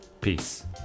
Peace